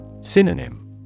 Synonym